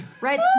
right